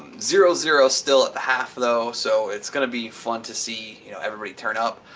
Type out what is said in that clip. zero, zero still at the half, though, so it's gonna be fun to see you know everybody turn up.